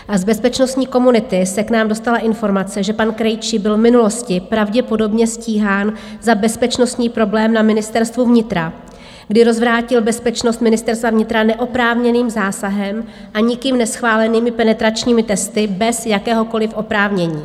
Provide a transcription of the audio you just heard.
Z bezpečnostní komunity se k nám dostala informace, že pan Krejčí byl v minulosti pravděpodobně stíhán za bezpečnostní problém na Ministerstvu vnitra, kdy rozvrátil bezpečnost Ministerstva vnitra neoprávněným zásahem a nikým neschválenými penetračními testy bez jakéhokoliv oprávnění.